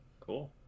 Cool